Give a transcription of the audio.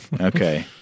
Okay